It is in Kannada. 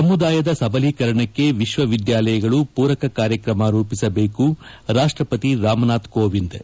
ಸಮುದಾಯದ ಸಬಲೀಕರಣಕ್ಕೆ ವಿಶ್ವವಿದ್ಯಾಲಯಗಳು ಪೂರಕ ಕಾರ್ಯಕ್ರಮ ರೂಪಿಸಬೇಕು ರಾಷ್ಷಪತಿ ರಾಮನಾಥ್ ಕೋವಿಂದ್